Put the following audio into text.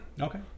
okay